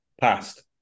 passed